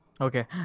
Okay